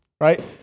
Right